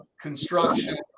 construction